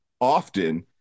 often